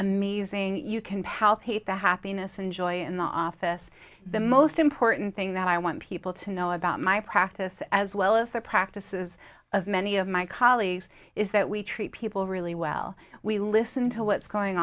amazing you can pal hate the happiness and joy in the office the most important thing that i want people to know about my practice as well as the practices of many of my colleagues is that we treat people really well we listen to what's going